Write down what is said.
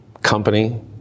Company